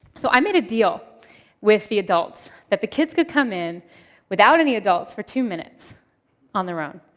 so i made a deal with the adults that the kids could come in without any adults for two minutes on their own.